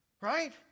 Right